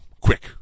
Quick